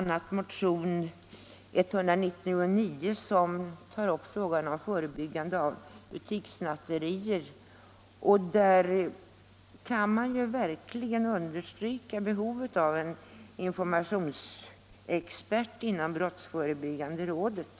Motionen 199 tar upp frågan om förebyggande av butikssnatterier. Där kan man verkligen understryka behovet av en informationsexpert inom brottsförebyggande rådet.